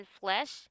flesh